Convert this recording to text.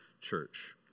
church